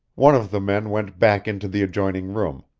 one of the men went back into the adjoining room,